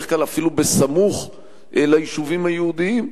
בדרך כלל אפילו בסמוך ליישובים היהודיים,